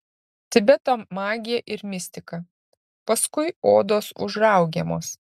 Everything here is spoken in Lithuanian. tibeto magija ir mistika paskui odos užraugiamos